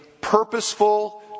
purposeful